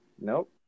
Nope